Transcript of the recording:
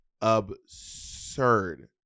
Absurd